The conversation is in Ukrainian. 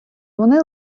вони